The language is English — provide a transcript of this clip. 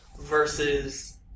versus